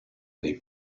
nei